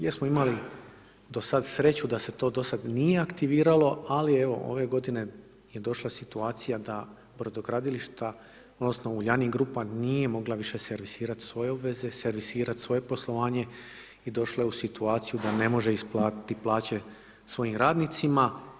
Jesmo imali do sada sreću da se to do sada nije aktiviralo, ali evo, ove g. je došla situacija, da brodogradilišta odnosno Uljanik Grupa nije mogla više servisirati svoje obveze, servisirati svoje poslovanje i došla je u situaciju da ne može isplatiti plaće svojim radnicima.